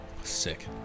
sick